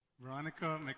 Veronica